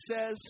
says